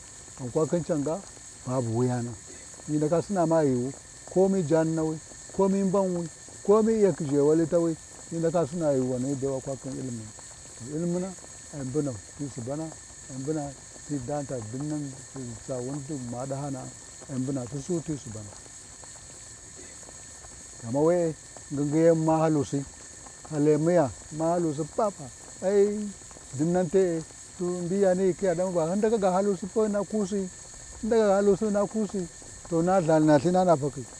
Ghan kwa khin can ga, babu wuyana, hyi ndaka ma Sina ghiwu, komi jani nawi komi mbanwi, komi iyakhi ʒhewali tawi hyi ndaka Sina ghiwu ghanidai wakwa khin Ilimina, to Ilimini ci mbuna ti Suban ai mbuna ti tani ta dinnan ni bu bu ma ɗahana’a Lthin Sawun bu ma ɗahana’a ai mbuna Sussu ti Subana, ghama we-e ngingi yemu ma halusi, halemuya, ma halusi papa ɗinnan te-e, mbiyani hyi khiya tanu, hyin ndaka ga halusi ga hyina kuusi, hyin ndaka ga halusi ga hyina kuusi, hyin ndaka ga halusi hyina kusi, to maLtha, naLthinani fakhi.